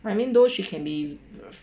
I mean though she can be